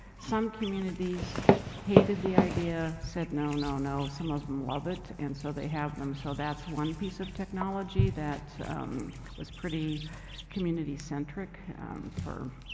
some communities hated the idea, said, no, no, no. some of them love it and so they have them. so that's one piece of technology that was pretty community centric for.